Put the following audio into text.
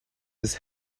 his